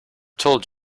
told